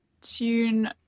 tune